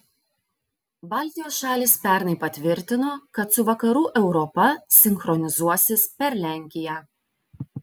baltijos šalys pernai patvirtino kad su vakarų europa sinchronizuosis per lenkiją